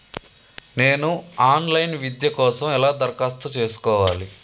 నేను online విద్య కోసం ఎలా దరఖాస్తు చేసుకోవాలి?